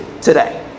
today